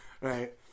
right